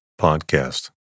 podcast